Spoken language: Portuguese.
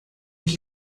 que